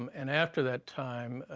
um and after that time,